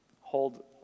hold